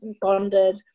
bonded